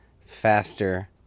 faster